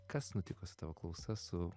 kas nutiko su tavo klausa su